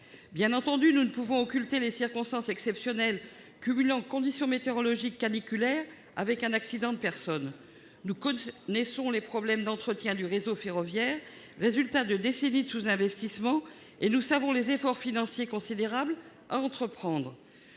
Bien entendu, nous ne pouvons occulter les circonstances exceptionnelles- conditions météorologiques caniculaires et accident de personne -ayant conduit à la perturbation du trafic. Nous connaissons les problèmes d'entretien du réseau ferroviaire, résultat de décennies de sous-investissement, et nous savons les efforts financiers considérables à entreprendre.